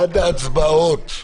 עד ההצבעות.